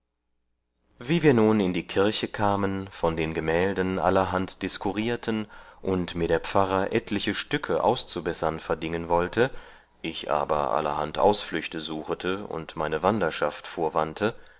wie wir nun in die kirche kamen von den gemälden allerhand diskurierten und mir der pfarrer etliche stücke auszubessern verdingen wollte ich aber allerhand ausflüchte suchete und meine wanderschaft